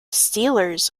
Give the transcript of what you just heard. steelers